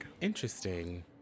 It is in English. Interesting